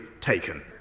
taken